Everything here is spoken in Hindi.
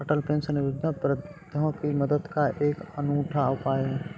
अटल पेंशन योजना वृद्धों की मदद का एक अनूठा उपाय है